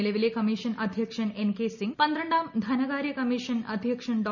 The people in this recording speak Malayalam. നിലവിലെ കമ്മീഷൻ അധ്യക്ഷൻ എൻ കെ സിംഗ് പന്ത്രണ്ടാം ധനകാര്യ കമ്മീഷൻ അധ്യക്ഷൻ ഡോ